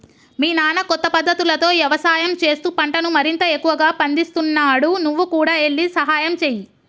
మీ నాన్న కొత్త పద్ధతులతో యవసాయం చేస్తూ పంటను మరింత ఎక్కువగా పందిస్తున్నాడు నువ్వు కూడా ఎల్లి సహాయంచేయి